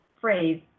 phrase